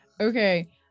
Okay